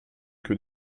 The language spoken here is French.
que